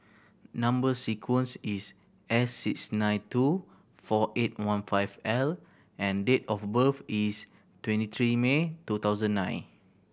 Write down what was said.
number sequence is S six nine two four eight one five L and date of birth is twenty three May two thousand nine